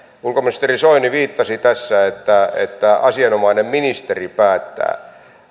ulkoministeri soini viittasi tässä että että asianomainen ministeri päättää